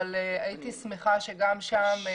אבל הייתי שמחה שגם שם.